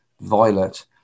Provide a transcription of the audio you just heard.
violet